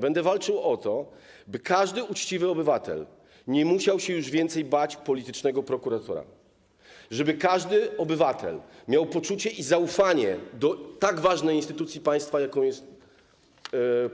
Będę walczył o to, by każdy uczciwy obywatel nie musiał się już więcej bać politycznego prokuratora, żeby każdy obywatel miał zaufanie do tak ważnej instytucji państwa, jaką jest